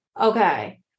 Okay